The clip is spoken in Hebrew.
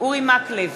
אורי מקלב,